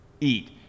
eat